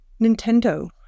Nintendo